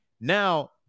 Now